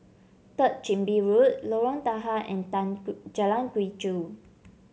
Third Chin Bee Road Lorong Tahar and Tan Jalan Quee Chew